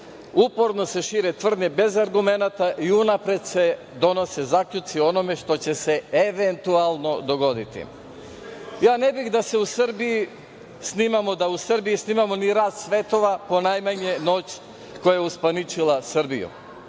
uporno se šire tvrdnje bez argumenata i unapred se donose zaključci o onom što će se eventualno dogoditi. Ja ne bih da u Srbiji snimamo ni „Rat svetova“, ponajmanje „Noć“ koja je uspaničila Srbiju.